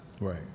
Right